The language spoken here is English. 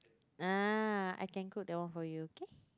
ah I can cook that one for you okay